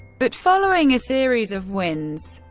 but following a series of wins,